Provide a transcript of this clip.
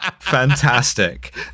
fantastic